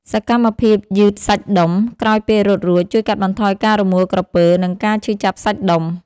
សកម្មភាពយឺតសាច់ដុំ ក្រោយពេលរត់រួច ជួយកាត់បន្ថយការរមួលក្រពើ និងការឈឺចាប់សាច់ដុំ។